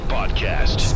Podcast